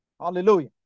Hallelujah